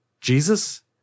Jesus